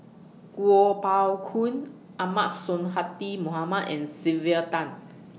Kuo Pao Kun Ahmad Sonhadji Mohamad and Sylvia Tan